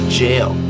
jail